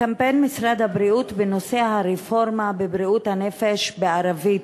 קמפיין משרד הבריאות בנושא הרפורמה בבריאות הנפש בערבית,